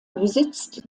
besitzt